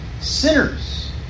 sinners